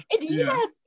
Yes